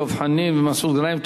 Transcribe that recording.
דב חנין ומסעוד גנאים.